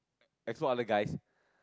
export other guys